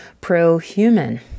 pro-human